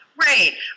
Right